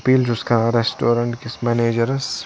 appeal چھُس کران restaurant کِس میٚنیجرس